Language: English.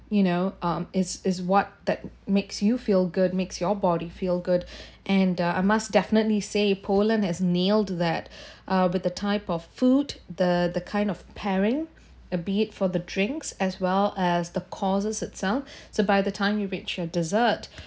you know um is is what that makes you feel good makes your body feel good and uh I must definitely say poland has nailed that ah with the type of food the the kind of pairing uh be it for the drinks as well as the courses itself so by the time you reach your dessert